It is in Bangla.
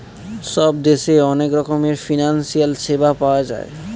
সব দেশে অনেক রকমের ফিনান্সিয়াল সেবা পাওয়া যায়